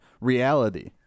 reality